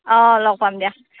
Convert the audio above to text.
অঁ লগ পাম দিয়া